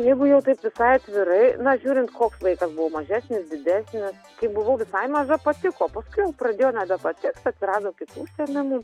jeigu jau taip visai atvirai na žiūrint koks vaikas buvau mažesnis didesnis kai buvau visai maža patiko paskui pradėjo nebepatikt atsirado kitų užsiėmimų